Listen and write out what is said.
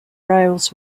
rails